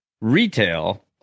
retail